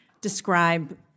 describe